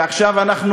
ועכשיו אנחנו